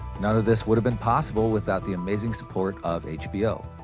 none of this would have been possible without the amazing support of hbo.